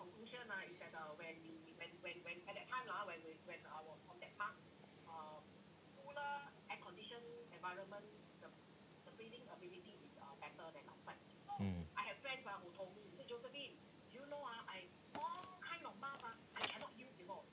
mm